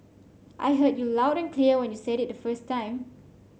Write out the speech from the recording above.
I heard you loud and clear when you said it the first time